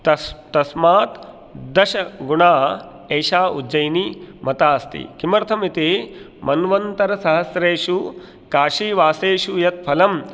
तस् तस्मात् दशगुणा एषा उज्जयिनी मता अस्ति किमर्थम् इति मन्वन्तरसहस्रेषु काशीवासेषु यत् फलं